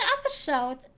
episode